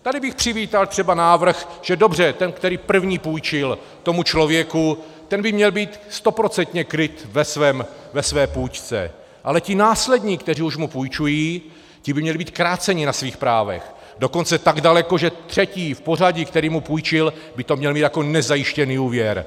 Tady bych přivítal třeba návrh, že, dobře, ten, který první půjčil tomu člověku, by měl být stoprocentně kryt ve své půjčce, ale ti následní, kteří už mu půjčují, ti by měli být kráceni na svých právech, dokonce tak daleko, že třetí v pořadí, který mu půjčil, by to měl mít jako nezajištěný úvěr.